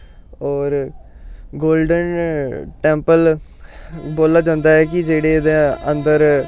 होर golden temple बोलेआ जंदा ऐ कि जेह्ड़े एह्दे अंदर